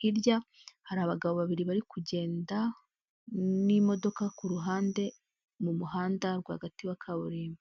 hirya hari abagabo babiri bari kugenda n'imodoka ku ruhande mu muhanda rwagati wa kaburimbo.